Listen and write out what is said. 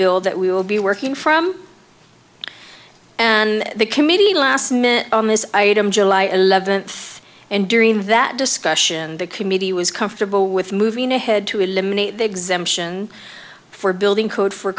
bill that we will be working from and the committee last met on this item july eleventh and during that discussion the committee was comfortable with moving ahead to eliminate the exemption for building code for